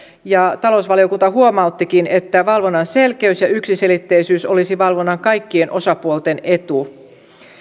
talousvaliokunta huomauttikin että valvonnan selkeys ja yksiselitteisyys olisi valvonnan kaikkien osapuolten etu